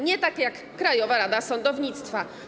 Nie tak jak Krajowa Rada Sądownictwa.